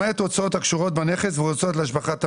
למעט הוצאות הקשורות בנכס והוצאות להשבחת המעון,